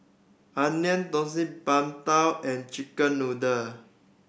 Onion Thosai Png Tao and chicken noodle